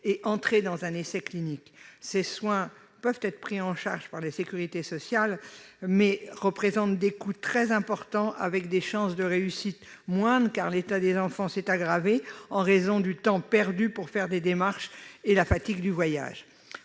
participer à un essai clinique. Ces soins peuvent être pris en charge par la sécurité sociale, mais ils représentent des coûts très importants pour des chances de réussite moindres, l'état des enfants s'étant encore aggravé en raison du temps perdu pour faire les démarches et de la fatigue du voyage.